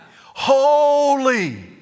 holy